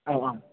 ओ आम्